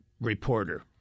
reporter